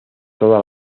toda